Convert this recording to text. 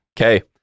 okay